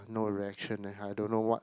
no reaction leh I don't know what